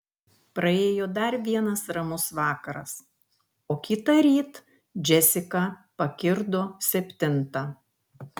praėjo dar vienas ramus vakaras o kitąryt džesika pakirdo septintą